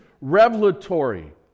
revelatory